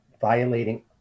violating